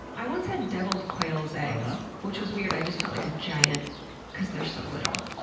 i once had devilled quails eggs which was weird. i just felt like a giant because they're so little.